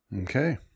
Okay